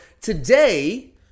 today